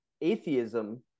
atheism